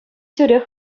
тӳрех